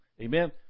Amen